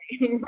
Right